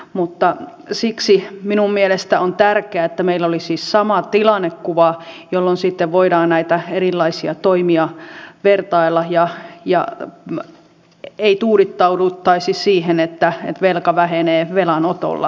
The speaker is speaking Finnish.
mutta siksi minun mielestä on tärkeää että meillä olisi sama tilannekuva jolloin sitten voidaan näitä erilaisia toimia vertailla eikä tuudittauduttaisi siihen että velka vähenee velanotolla